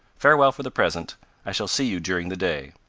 farewell for the present i shall see you during the day.